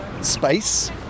space